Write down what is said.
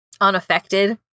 Unaffected